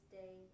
day